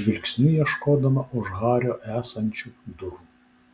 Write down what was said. žvilgsniu ieškodama už hario esančių durų